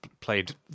played